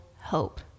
hope